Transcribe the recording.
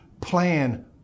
plan